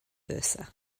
versa